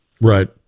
Right